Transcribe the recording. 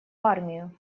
армию